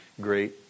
great